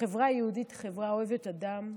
החברה היהודית היא חברה אוהבת אדם,